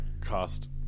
cost